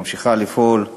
ממשיכה לפעול,